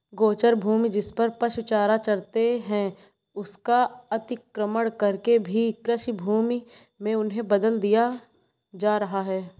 गोचर भूमि, जिसपर पशु चारा चरते हैं, उसका अतिक्रमण करके भी कृषिभूमि में उन्हें बदल दिया जा रहा है